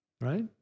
Right